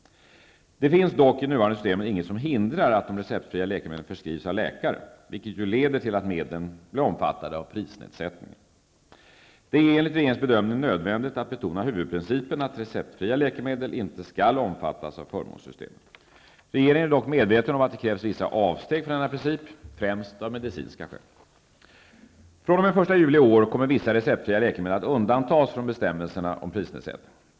Det finns dock i nuvarande system inget som hindrar att de receptfria läkemedlen förskrivs av läkare, vilket leder till att medlen blir omfattade av prisnedsättningen på läkemedel. Det är enligt regeringens bedömning nödvändigt att betona huvudprincipen att receptfria läkemedel inte skall omfattas av förmånssystemet för läkemedel. Regeringen är dock medveten om att det krävs vissa avsteg från denna princip, främst av medicinska skäl. fr.o.m. den 1 juli 1992 kommer vissa receptfria läkemedel att undantas från bestämmelserna om prisnedsättning på läkemedel.